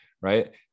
Right